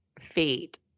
feet